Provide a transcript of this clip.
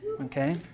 Okay